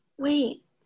Wait